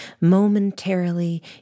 momentarily